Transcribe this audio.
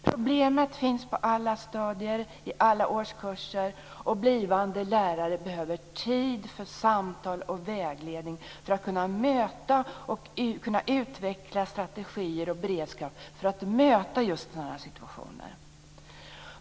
Problemet finns på alla stadier, i alla årskurser, och blivande lärare behöver tid för samtal och vägledning för att kunna möta och utveckla strategier och beredskap för att möta just sådana situationer.